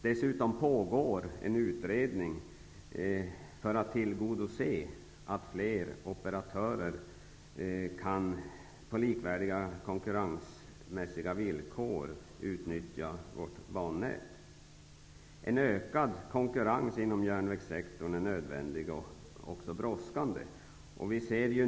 Dessutom finns det en annan utredning som skall se till att fler operatörer på likvärdiga konkurrensmässiga villkor skall kunna utnyttja bannätet. En ökad konkurrens inom järnvägssektorn är nödvändig och också brådskande.